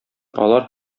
алар